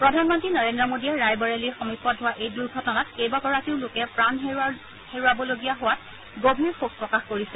প্ৰধানমন্ত্ৰী নৰেন্দ্ৰ মোডীয়ে ৰায়বৰেলিৰ সমীপত হোৱা এই দুৰ্ঘটনাত কেইবাগৰাকীও লোকে প্ৰাণ হেৰুওৱাবলগীয়া হোৱাত গভীৰ শোঁক প্ৰকাশ কৰিছে